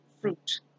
fruit